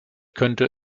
könnte